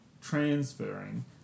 transferring